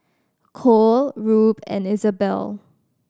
Cole Rube and Izabelle